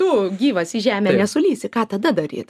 tu gyvas į žemę nesulysi ką tada daryt